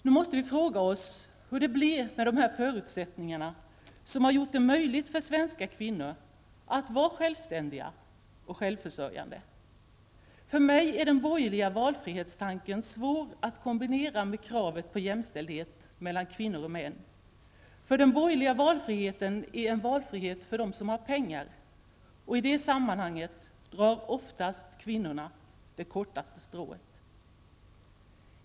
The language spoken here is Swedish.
Nu måste vi fråga oss hur det blir med dessa förutsättningar som gjort det möjligt för svenska kvinnor att vara självständiga och självförsörjande? För mig är den borgerliga valfrihetstanken svår att kombinera med kravet på jämställdhet mellan kvinnor och män. För den borgerliga valfriheten är en valfrihet för dem som har pengar, och i det sammanhanget drar oftast kvinnorna det kortaste strået.